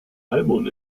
album